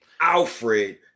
Alfred